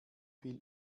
viel